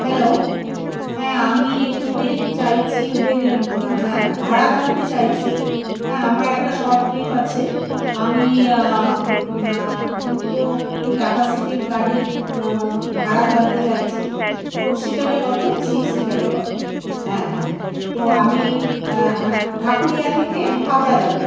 hello হ্যাঁ আমি Uber চাইছি উবেরের হ্যাঁ ভাড়া জানতে চাইছি হ্যাঁ আমার একটা শর্ট ট্রিপ আছে আমি দুটো ক্যাপাসিটির গাড়ির ভাড়া জানতে চাইছি ফোর সিটারে কত সিক্স সিটারে কত হ্যাঁ হ্যাঁ হ্যাঁ তো আমি হ্যাঁ ঢাকুরিয়া থেকে হাওড়া যাব